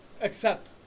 accept